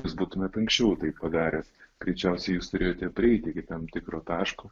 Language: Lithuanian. jūs būtumėt anksčiau tai padaręs greičiausiai jūs turėjote prieiti iki tam tikro taško